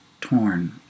torn